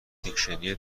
دیکشنری